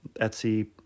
Etsy